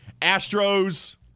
Astros